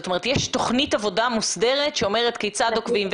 יש תוכנית עבודה מוסדרת שאומרת כיצד עוקבים,